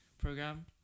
program